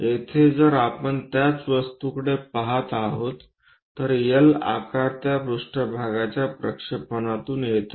येथे जर आपण त्याच वस्तूकडे पहात आहोत तर एल आकार त्या पृष्ठभागाच्या प्रक्षेपणातून येतो